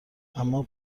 اما